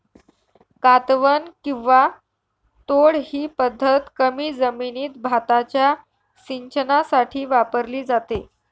कातवन किंवा तोड ही पद्धत कमी जमिनीत भाताच्या सिंचनासाठी वापरली जाते